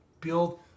build